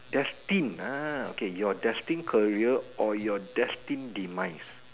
destined ah okay your destined career or your destined demise